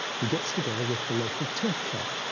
he gets together with the local turf club,